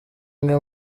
umwe